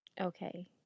Okay